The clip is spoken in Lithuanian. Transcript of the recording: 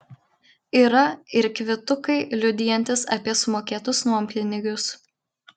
yra ir kvitukai liudijantys apie sumokėtus nuompinigius